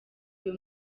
uyu